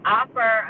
offer